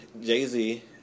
Jay-Z